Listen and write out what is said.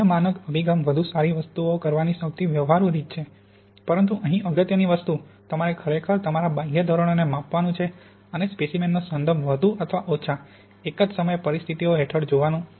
બાહ્ય માનક અભિગમ વધુ સારી વસ્તુઓ કરવાની સૌથી વ્યવહારુ રીત છે પરંતુ અહીં અગત્યની વસ્તુ તમારે ખરેખર તમારા બાહ્ય ધોરણને માપવાનું છે અને સ્પેસીમેનનો સંદર્ભ વધુ અથવા ઓછા એક જ સમયે પરિસ્થિતિઓ હેઠળ જોવાનું